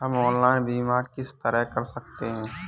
हम ऑनलाइन बीमा किस तरह कर सकते हैं?